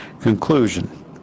conclusion